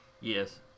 Yes